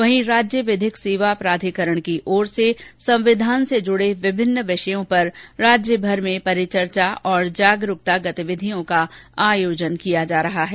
वहीं राज्य विधिक सेवा प्राधिकरण की ओर से संविधान से जुडे विभिन्न विषयों पर राज्य भर में परिचर्चा और जागरूकता गतिविधियों का आयोजन किया जा रहा है